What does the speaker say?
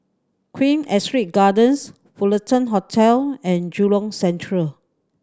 Queen Astrid Gardens Fullerton Hotel and Jurong Central